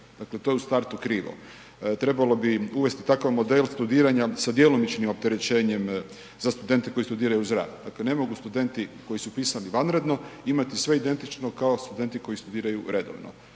Dakle, to je u startu krivo. Trebalo bi im uvesti takav model studiranja sa djelomičnim opterećenjem za studente koji studiraju uz rad. Dakle, ne mogu studenti koji su upisani vanredno imati sve identično kao studenti koji studiraju redovno.